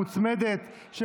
מוצמדת,